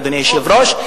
אדוני היושב-ראש.